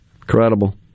Incredible